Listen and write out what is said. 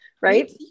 right